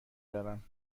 روم